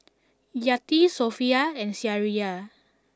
Yati Sofea and Syirah